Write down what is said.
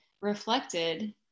reflected